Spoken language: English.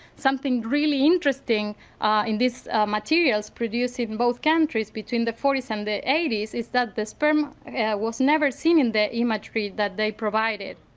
something really interesting in these materials produced in both countries between the forty s and um the eighty s is that the sperm was never seen in the imagery that they provided.